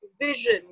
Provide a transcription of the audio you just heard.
vision